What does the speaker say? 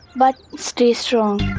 but, stay strong.